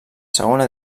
segona